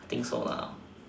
I think so lah